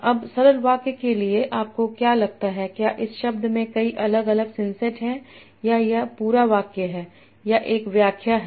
अब सरल वाक्य के लिए आपको क्या लगता है क्या इस शब्द के कई अलग अलग सिंसेट हैं या यह पूरा वाक्य है या एक व्याख्या है